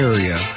Area